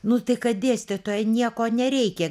nu tai kad dėstytoja nieko nereikia